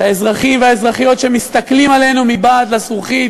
את האזרחים והאזרחיות שמסתכלים עלינו מבעד לזכוכית,